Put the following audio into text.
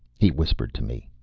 he whispered to me.